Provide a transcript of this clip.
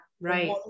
Right